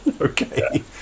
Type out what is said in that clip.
Okay